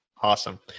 Awesome